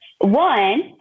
One